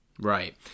Right